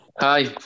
Hi